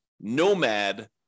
nomad